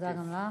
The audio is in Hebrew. תודה גם לך.